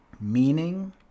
meaning